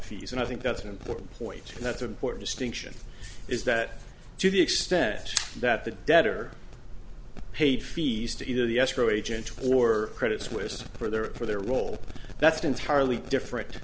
fees and i think that's an important point and that's important distinction is that to the extent that the debtor paid fees to either the escrow agent or credit suisse for their for their role that's entirely different